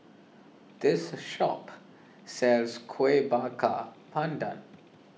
this shop sells Kuih Bakar Pandan